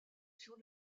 sur